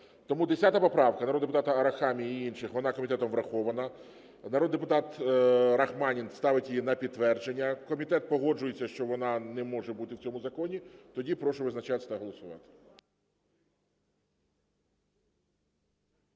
Тому 10 поправка народного депутата Арахамії і інших, вона комітетом врахована. Народний депутат Рахманін ставить її на підтвердження, комітет погоджується, що вона не може бути в цьому законі, тоді прошу визначатись та голосувати.